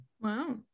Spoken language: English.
Wow